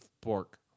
pork